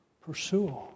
pursue